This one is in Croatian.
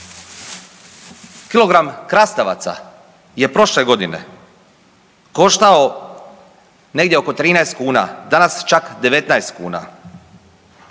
Kilogram krastavaca je prošle godine koštao negdje oko 13 kuna, danas čak 19 kuna.